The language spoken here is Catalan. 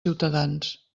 ciutadans